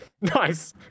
Nice